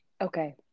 Okay